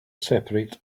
separate